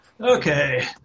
Okay